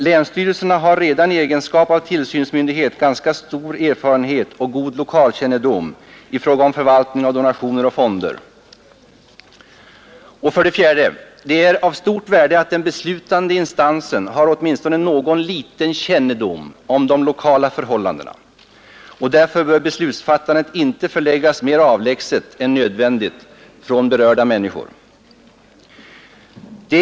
Länsstyrelserna har redan i egenskap av tillsynsmyndighet ganska stor erfarenhet och god lokalkännedom i fråga om förvaltning av donationer och fonder. 4. Det är av stort värde att den beslutande instansen har åtminstone någon liten kännedom om de lokala förhållandena. Därför bör beslutsfattandet inte förläggas mer avlägset än nödvändigt från berörda människor.